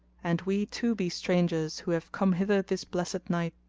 and we too be strangers, who have come hither this blessed night.